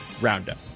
Roundup